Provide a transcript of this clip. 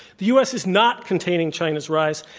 the u. s. is not containing china's rise.